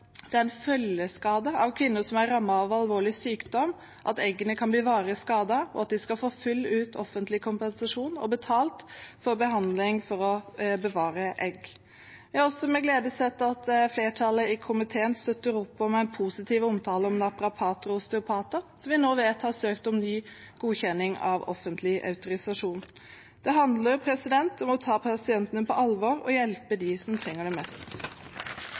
kvinner som er rammet av alvorlig sykdom, er det en følgeskade at eggene kan bli varig skadet, og at de skal få full offentlig kompensasjon og betalt for behandling for å bevare egg. Jeg har også med glede sett at flertallet i komiteen støtter opp om en positiv omtale av naprapater og osteopater, som vi nå vet har søkt om ny godkjenning av offentlig autorisasjon. Det handler om å ta pasientene på alvor og hjelpe dem som trenger det mest.